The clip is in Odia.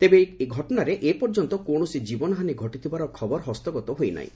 ତେବେ ଏହି ଘଟଣାରେ ଏପର୍ଯ୍ୟନ୍ତ କୌଣସି ଜୀବନହାନୀ ଘଟିଥିବାର ଖବର ହସ୍ତଗତ ହୋଇ ନାହିଁ